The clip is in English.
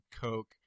coke